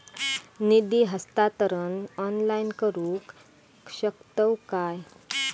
निधी हस्तांतरण ऑनलाइन करू शकतव काय?